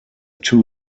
two